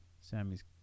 Sammy's